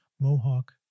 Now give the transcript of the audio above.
Mohawk